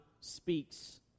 speaks